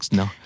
no